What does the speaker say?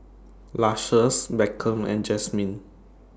Lucious Beckham and Jasmin